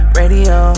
radio